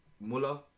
Muller